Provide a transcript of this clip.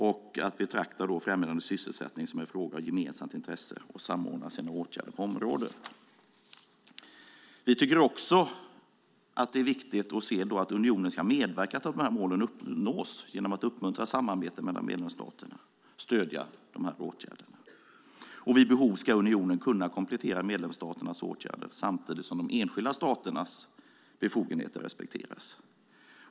Främjande av sysselsättning ska betraktas som en fråga av gemensamt intresse, och medlemsstaterna ska samordna sina åtgärder på området. Det är viktigt att se till att unionen medverkar till att målen uppnås genom att uppmuntra samarbete mellan medlemsstaterna och stödja deras åtgärder. Vid behov ska unionen kunna komplettera medlemsstaternas åtgärder samtidigt som de enskilda staternas befogenheter respekteras.